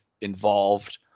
involved